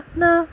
no